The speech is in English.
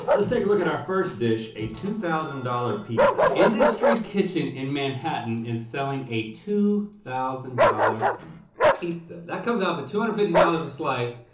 let's take a look at our first dish, a two thousand dollars pizza. industry kitchen in manhattan is selling a two thousand dollars pizza. that comes out to two hundred and fifty dollars a slice,